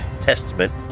testament